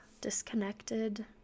Disconnected